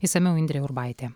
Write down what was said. išsamiau indrė urbaitė